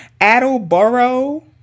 Attleboro